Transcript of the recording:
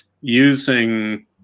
using